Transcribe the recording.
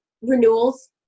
Renewals